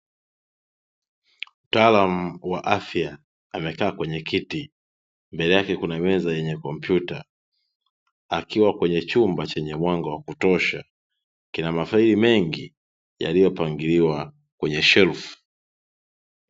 Mtaalamu wa afya amekaa kwenye kiti, mbele yake kuna meza yenye kompyuta akiwa kwenye chumba chenye mwanga wa kutosha, kina mafaili mengi yaliyopangiliwa kwenye shelfu.